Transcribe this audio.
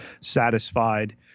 satisfied